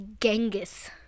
Genghis